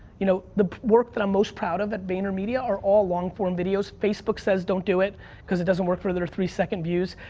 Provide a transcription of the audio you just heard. you know, the work that i'm most proud of at vaynermedia are all long form videos. facebook says don't do it cuz it doesn't work for their three second views.